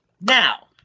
Now